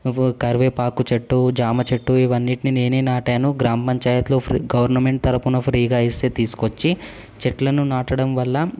నువ్వు కరివేపాకు చెట్టు జామ చెట్టు ఇవన్నీటిని నేనే నాటాను గ్రామ పంచాయత్లో గవర్నమెంట్ తరఫున ఫ్రీగా ఇస్తే తీసుకొచ్చి చెట్లను నాటడం వల్ల